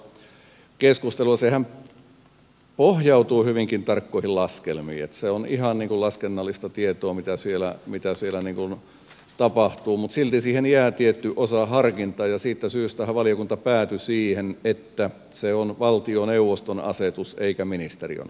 sehän pohjautuu hyvinkin tarkkoihin laskelmiin se on ihan laskennallista tietoa mitä siellä tapahtuu mutta silti siihen jää tietty osa harkintaa ja siitä syystähän valiokunta päätyi siihen että se on valtioneuvoston asetus eikä ministeriön asetus